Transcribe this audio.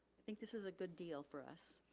i think this is a good deal for us.